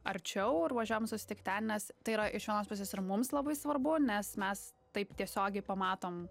arčiau ir važiuojam susitikt ten nes tai yra iš vienos pusės ir mums labai svarbu nes mes taip tiesiogiai pamatom